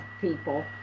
people